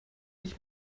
ich